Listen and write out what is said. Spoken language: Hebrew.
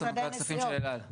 אני סמנכ"ל הכספים של אל על.